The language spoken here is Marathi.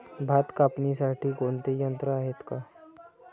भात कापणीसाठी कोणते यंत्र आहेत का?